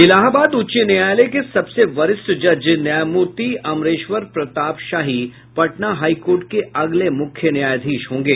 इलाहाबाद उच्च न्यायालय के सबसे वरिष्ठ जज न्यायमूर्ति अमरेश्वर प्रताप शाही पटना हाई कोर्ट के अगले मुख्य न्यायाधीश होंगे